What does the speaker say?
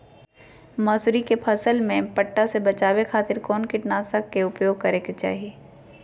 मसूरी के फसल में पट्टा से बचावे खातिर कौन कीटनाशक के उपयोग करे के चाही?